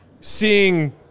seeing